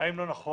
האם לא נכון